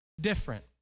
different